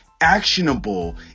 actionable